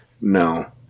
no